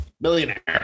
millionaire